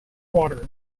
water